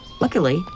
Luckily